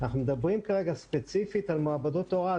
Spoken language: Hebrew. אנחנו מדברים כרגע ספציפית על מעבדות הוראה,